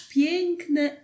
piękne